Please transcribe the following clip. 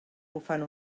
bufant